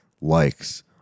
likes